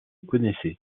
connaissait